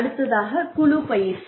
அடுத்ததாகக் குழு பயிற்சி